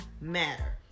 matter